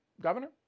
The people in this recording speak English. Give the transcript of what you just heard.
Governor